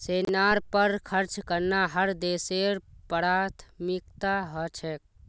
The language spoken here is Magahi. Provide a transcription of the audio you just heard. सेनार पर खर्च करना हर देशेर प्राथमिकता ह छेक